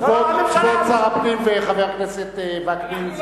כבוד שר הפנים וחבר הכנסת וקנין,